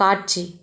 காட்சி